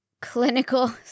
clinical